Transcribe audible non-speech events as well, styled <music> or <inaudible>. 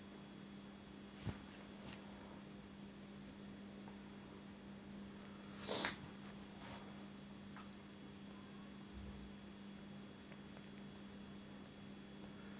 <breath>